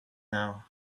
now